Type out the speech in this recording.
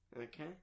Okay